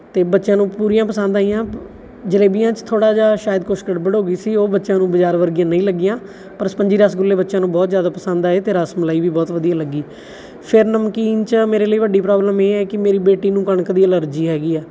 ਅਤੇ ਬੱਚਿਆਂ ਨੂੰ ਪੂਰੀਆਂ ਪਸੰਦ ਆਈਆਂ ਜਲੇਬੀਆਂ 'ਚ ਥੋੜ੍ਹਾ ਜਿਹਾ ਸ਼ਾਇਦ ਕੁਛ ਗੜਬੜ ਹੋ ਗਈ ਸੀ ਉਹ ਬੱਚਿਆਂ ਨੂੰ ਬਾਜ਼ਾਰ ਵਰਗੀਆਂ ਨਹੀ ਲੱਗੀਆਂ ਪਰ ਸਪੰਜੀ ਰਸਗੁੱਲੇ ਬੱਚਿਆਂ ਨੂੰ ਬਹੁਤ ਜ਼ਿਆਦਾ ਪਸੰਦ ਆਏ ਅਤੇ ਰਸਮਲਾਈ ਵੀ ਬਹੁਤ ਵਧੀਆ ਲੱਗੀ ਫਿਰ ਨਮਕੀਨ 'ਚ ਮੇਰੇ ਲਈ ਵੱਡੀ ਪ੍ਰੋਬਲਮ ਇਹ ਹੈ ਕਿ ਮੇਰੀ ਬੇਟੀ ਨੂੰ ਕਣਕ ਦੀ ਐਲਰਜੀ ਹੈਗੀ ਆ